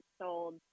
sold